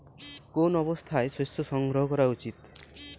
কোন অবস্থায় শস্য সংগ্রহ করা উচিৎ?